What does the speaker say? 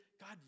God